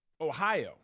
Ohio